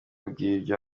by’ibiryo